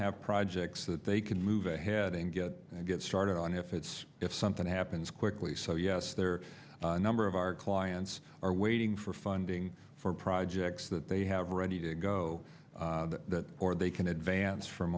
have projects that they can move ahead and get and get started on if it's if something happens quickly so yes there are a number of our clients are waiting for funding for projects that they have ready to go or they can advance from